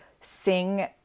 sing